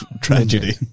tragedy